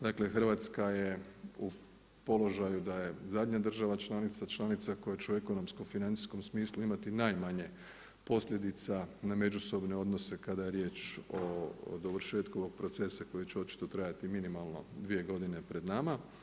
Dakle, Hrvatska je u položaju da je zadnja država članica, članica koja će u ekonomskom financijskom smislu imati najmanje posljedica na međusobne odnose kada je riječ o dovršetku ovog procesa koji će očito trajati minimalno 2 godine pred nama.